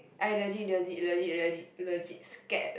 I legit legit legit legit legit scared like